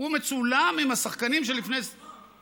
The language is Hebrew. הוא מצולם עם השחקנים של לפני 20 שנה.